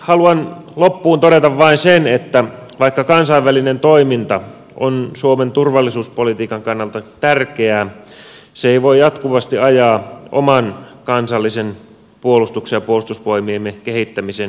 haluan loppuun todeta vain sen että vaikka kansainvälinen toiminta on suomen turvallisuuspolitiikan kannalta tärkeää se ei voi jatkuvasti ajaa oman kansallisen puolustuksen ja puolustusvoimiemme kehittämisen edelle